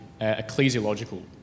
ecclesiological